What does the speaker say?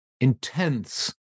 intense